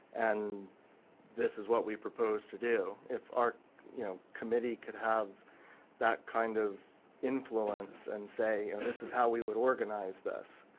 and this is what we propose to do. if our you know committee can have that kind of influence and say this is how we organize this.